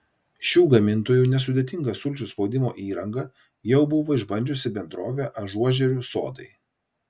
šių gamintojų nesudėtingą sulčių spaudimo įrangą jau buvo išbandžiusi bendrovė ažuožerių sodai